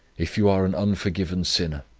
if you are an unforgiven sinner,